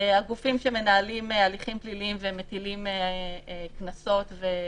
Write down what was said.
הגופים שמנהלים הליכים פליליים ומטילים קנסות גם